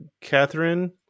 Catherine